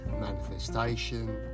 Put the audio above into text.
manifestation